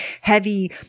heavy